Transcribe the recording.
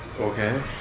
Okay